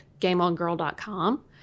gameongirl.com